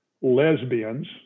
lesbians